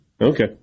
Okay